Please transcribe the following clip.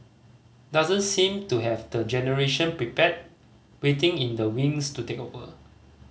doesn't seem to have the generation prepared waiting in the wings to take over